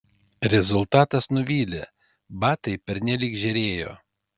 rezultatas nuvylė batai pernelyg žėrėjo